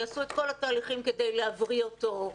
יעשו את כל התהליכים כדי להבריא אותו,